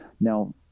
Now